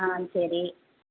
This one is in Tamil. ஆ சரி